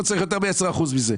לא צריך יותר מ-10 אחוזים מזה.